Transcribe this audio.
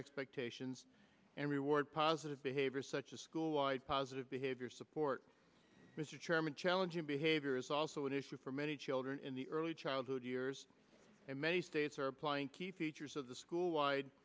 expectations and reward positive behavior such as school wide positive behavior support mr chairman challenging behavior is also an issue for many children in the early childhood years and many states are applying key features of the school wide